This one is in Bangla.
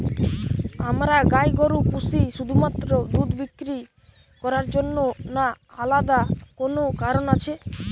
আমরা গাই গরু পুষি শুধুমাত্র দুধ বিক্রি করার জন্য না আলাদা কোনো কারণ আছে?